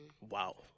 Wow